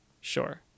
Sure